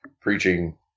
preaching